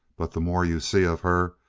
but the more you see of her,